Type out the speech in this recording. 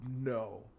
No